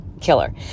killer